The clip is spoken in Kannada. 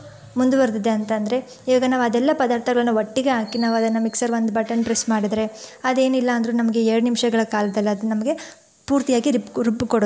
ಮುಂದುವರೆದಿದೆ ಅಂತಂದರೆ ಇವಾಗ ನಾವದೆಲ್ಲ ಪದಾರ್ಥಗಳನ್ನ ಒಟ್ಟಿಗೆ ಹಾಕಿ ನಾವದನ್ನು ಮಿಕ್ಸರ್ ಒಂದು ಬಟನ್ ಪ್ರೆಸ್ ಮಾಡಿದರೆ ಅದೇನಿಲ್ಲ ಅಂದರೂ ನಮಗೆ ಎರಡು ನಿಮಿಷಗಳ ಕಾಲದಲ್ಲದು ನಮಗೆ ಪೂರ್ತಿಯಾಗಿ ರಿಬ್ ರುಬ್ಬಿ ಕೊಡುತ್ತೆ